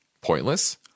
pointless